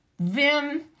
vim